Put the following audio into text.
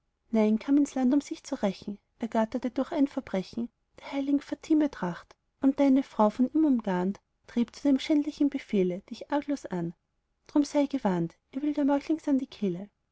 kam ins land um sich zu rächen ergatterte durch ein verbrechen der heiligen fatime tracht und deine frau von ihm umgarnt trieb zu dem schändlichen befehle dich arglos an drum sei gewarnt er will dir meuchlings an die kehle